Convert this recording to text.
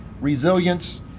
resilience